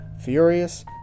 Furious